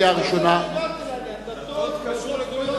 לקריאה